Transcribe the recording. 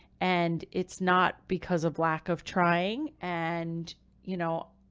and it's not because of lack of trying and you know,